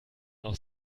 noch